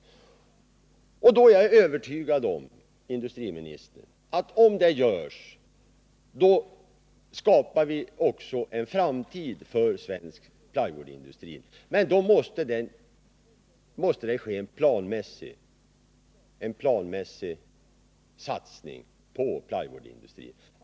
Jag är övertygad om att om det görs, skapar vi också en framtid för svensk plywoodindustri — men då måste det göras en planmässig satsning på den.